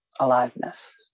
aliveness